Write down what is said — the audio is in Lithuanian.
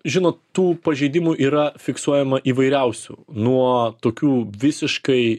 žinot tų pažeidimų yra fiksuojama įvairiausių nuo tokių visiškai